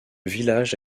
village